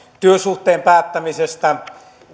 työsuhteen päättämisestä